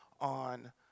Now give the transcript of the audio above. on